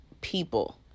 people